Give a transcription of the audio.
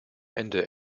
ende